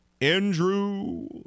Andrew